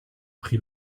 pris